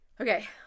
Okay